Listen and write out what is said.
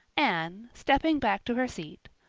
anne, stepping back to her seat,